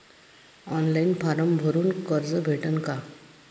Online form भरून कर्ज भेटन का?